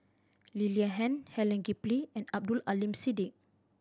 Lee Li Han Helen Gilbey and Abdul Aleem Siddique